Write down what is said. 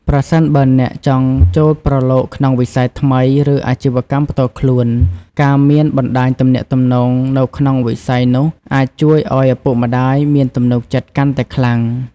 ប្រសិនបើអ្នកចង់ចូលប្រឡូកក្នុងវិស័យថ្មី ឬអាជីវកម្មផ្ទាល់ខ្លួន ការមានបណ្ដាញទំនាក់ទំនង នៅក្នុងវិស័យនោះអាចជួយឲ្យឪពុកម្ដាយមានទំនុកចិត្តកាន់តែខ្លាំង។